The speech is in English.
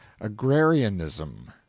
agrarianism